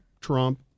Trump